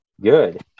good